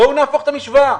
בואו נהפוך את המשוואה.